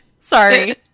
Sorry